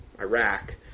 Iraq